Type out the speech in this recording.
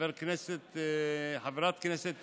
חברת הכנסת טלי,